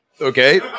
Okay